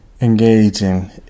engaging